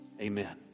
amen